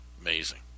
Amazing